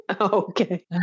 Okay